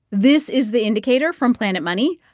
this is the indicator from planet money.